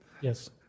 Yes